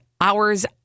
hours